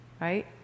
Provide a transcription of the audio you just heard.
right